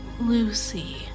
Lucy